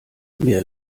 mehr